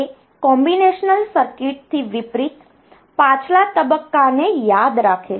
તે કોમ્બિનેશનલ સર્કિટથી વિપરીત પાછલા તબક્કાને યાદ રાખે છે